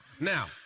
Now